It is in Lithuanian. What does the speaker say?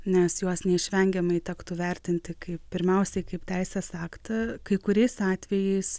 nes juos neišvengiamai tektų vertinti kaip pirmiausiai kaip teisės aktą kai kuriais atvejais